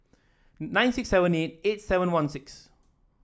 nine six seven eight eight seven one six